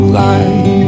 light